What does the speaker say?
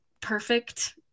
perfect